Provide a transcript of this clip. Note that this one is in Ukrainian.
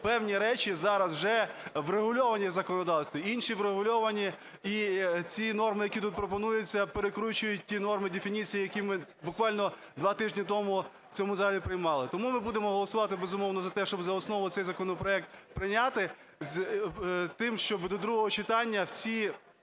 певні речі зараз вже врегульовані у законодавстві. Інші врегульовані… І ці норми, які тут пропонуються, перекручують ті норми, дефініції, які ми буквально два тижні тому в цьому залі приймали. Тому ми будемо голосувати, безумовно, за те, щоб за основу цей законопроект прийнятий, з тим щоб до другого читання всі